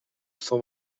cent